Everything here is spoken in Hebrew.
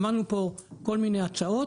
שמענו פה כל מיני הצעות.